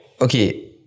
Okay